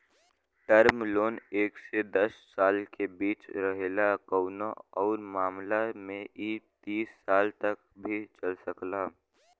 term loan एक से दस साल के बीच रहेला कउनो आउर मामला में इ तीस साल तक भी चल सकला